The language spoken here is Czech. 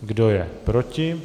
Kdo je proti?